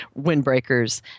windbreakers